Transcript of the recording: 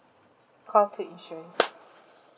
call two insurance